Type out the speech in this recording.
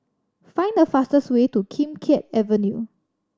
find the fastest way to Kim Keat Avenue